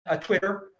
Twitter